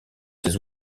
ses